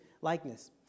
likeness